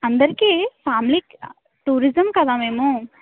అందరికీ ఫ్యామిలీకి టూరిజం కదా మేము